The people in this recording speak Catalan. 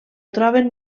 trobem